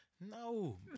no